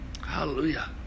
Hallelujah